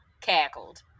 cackled